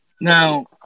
Now